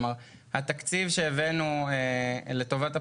התקציב שהבאנו לטובת הפרויקט,